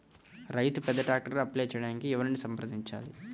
రైతు పెద్ద ట్రాక్టర్కు అప్లై చేయడానికి ఎవరిని సంప్రదించాలి?